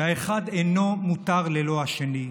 שהאחד אינו מותר ללא השני: